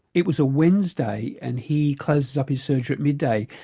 it was a wednesday and he closes up his surgery at midday,